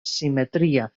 simetria